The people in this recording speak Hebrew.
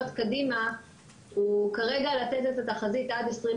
קדימה הוא כרגע לתת את התחזית עד 2050